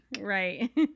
Right